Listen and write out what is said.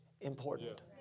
important